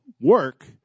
work